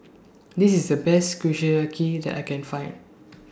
This IS The Best Kushiyaki that I Can Find